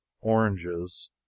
oranges